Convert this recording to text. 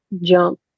jump